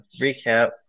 recap